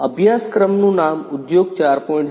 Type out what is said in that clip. અભ્યાસક્રમનું નામ ઉદ્યોગ 4